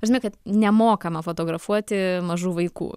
ta prasme kad nemokama fotografuoti mažų vaikų